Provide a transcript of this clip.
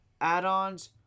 add-ons